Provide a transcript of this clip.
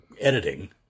editing